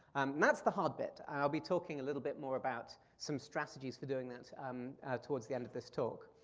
and that's the hard bit. i'll be talking a little bit more about some strategies for doing that um towards the end of this talk.